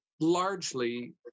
largely